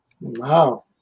Wow